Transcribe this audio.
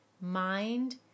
Mind